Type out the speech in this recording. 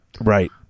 right